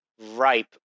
ripe